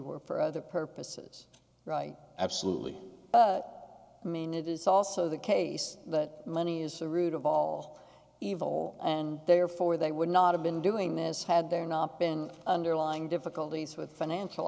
were for other purposes right absolutely mean it is also the case that money is the root of all evil and therefore they would not have been doing this had there not been underlying difficulties with financial